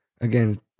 again